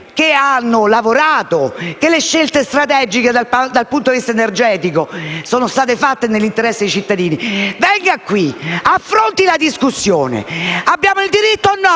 che ha lavorato, che le scelte strategiche dal punto di vista energetico sono state fatte nell'interesse dei cittadini, venga qui, affronti la discussione. Abbiamo il diritto o no